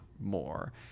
more